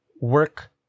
work